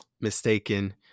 mistaken